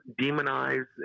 demonize